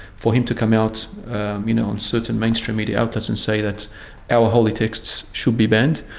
for him to come out you know on certain mainstream media outlets and say that our holy texts should be banned.